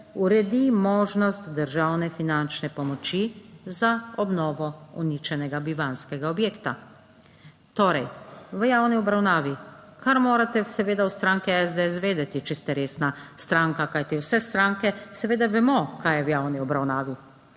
uredi možnost državne finančne pomoči za obnovo uničenega bivanjskega objekta. Torej v javni obravnavi, kar morate seveda v stranki SDS vedeti, če ste resna stranka, kajti vse stranke seveda vemo, kaj je v javni obravnavi.